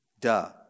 duh